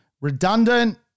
redundant